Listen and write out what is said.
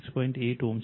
8 Ω છે